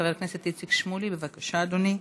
חבר הכנסת איציק שמולי, בבקשה, אדוני.